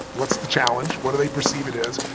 what's the challenge, what do they perceive it is.